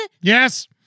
Yes